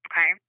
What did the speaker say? Okay